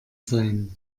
sein